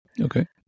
Okay